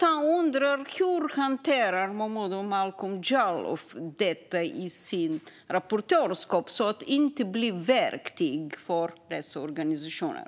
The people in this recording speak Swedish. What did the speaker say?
Jag undrar därför hur Momodou Malcolm Jallow hanterar detta i sitt rapportörskap så att han inte blir verktyg för dessa organisationer.